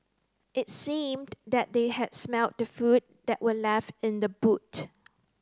it seemed that they had smelt the food that were left in the boot